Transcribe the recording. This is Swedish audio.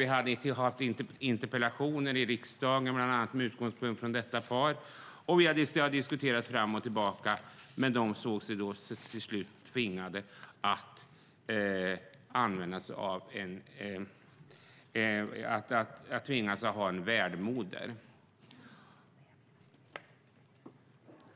Vi har bland annat haft interpellationer i riksdagen med utgångspunkt från detta par, och frågan har diskuterats fram och tillbaka. Till slut såg de sig tvingade att ha en värdmoder.